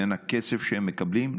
והכסף שהם מקבלים,